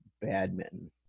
badminton